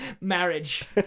marriage